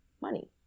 money